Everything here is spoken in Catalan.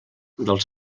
dels